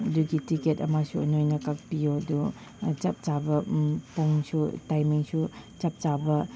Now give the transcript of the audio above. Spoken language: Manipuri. ꯑꯗꯨꯒꯤ ꯇꯤꯛꯀꯦꯠ ꯑꯃꯁꯨ ꯅꯣꯏꯅ ꯀꯛꯄꯤꯌꯣ ꯑꯗꯣ ꯆꯞ ꯆꯥꯕ ꯄꯨꯡꯁꯨ ꯇꯥꯏꯃꯤꯡꯁꯨ ꯆꯞ ꯆꯥꯕ